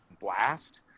blast